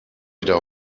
wieder